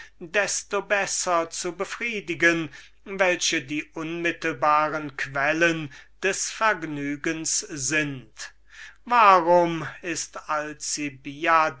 desto besser zu befriedigen welche die unmittelbaren quellen des vergnügens sind warum ist